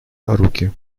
руки